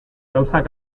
gauzak